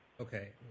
Okay